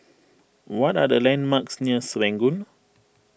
what are the landmarks near Serangoon